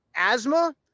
asthma